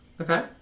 Okay